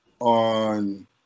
on